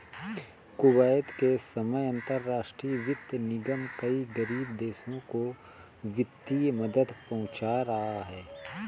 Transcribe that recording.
Kuwait के समय अंतरराष्ट्रीय वित्त निगम कई गरीब देशों को वित्तीय मदद पहुंचा रहा है